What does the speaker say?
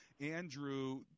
Andrew